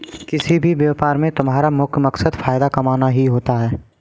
किसी भी व्यापार में तुम्हारा मुख्य मकसद फायदा कमाना ही होता है